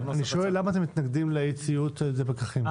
למה אתם מתנגדים לאי-ציות על-ידי פקחים?